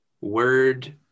word